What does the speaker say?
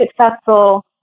successful